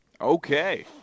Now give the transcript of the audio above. Okay